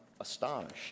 astonished